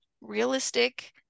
realistic